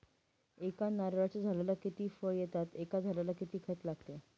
एका नारळाच्या झाडाला किती फळ येतात? एका झाडाला किती खत लागते?